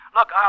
Look